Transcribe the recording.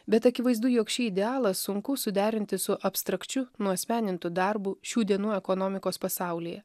bet akivaizdu jog šį idealą sunku suderinti su abstrakčiu nuasmenintu darbu šių dienų ekonomikos pasaulyje